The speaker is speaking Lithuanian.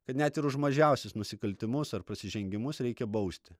kad net ir už mažiausius nusikaltimus ar prasižengimus reikia bausti